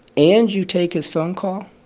and you take his phone call,